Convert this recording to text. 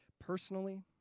personally